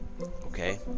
Okay